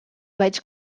vaig